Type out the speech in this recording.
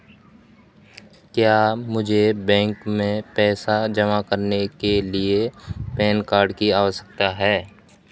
क्या मुझे बैंक में पैसा जमा करने के लिए पैन कार्ड की आवश्यकता है?